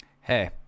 hey